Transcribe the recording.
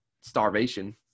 starvation